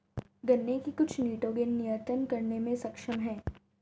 गन्ने की कुछ निटोगेन नियतन करने में सक्षम है